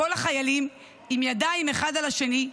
כל החיילים עם ידיים אחד על השני,